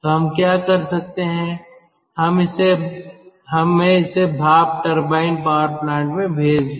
तो हम क्या कर सकते हैं हम इसे भाप टरबाइन पावर प्लांट में भेज रहे हैं